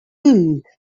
boomed